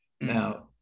Now